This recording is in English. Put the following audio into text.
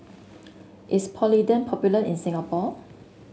is Polident popular in Singapore